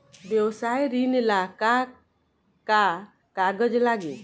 व्यवसाय ऋण ला का का कागज लागी?